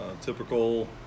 typical